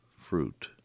fruit